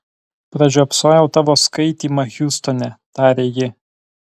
pražiopsojau tavo skaitymą hjustone tarė ji